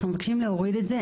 אנו מבקשים להוריד את זה.